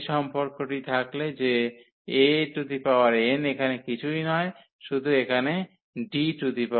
এই সম্পর্কটি থাকলে যে An এখানে কিছুই নয় শুধু এখানে Dn